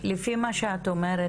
אז לפי מה שאת אומרת,